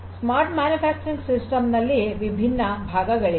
smart manufacturing system ನಲ್ಲಿ ವಿಭಿನ್ನ ಭಾಗಗಳಿವೆ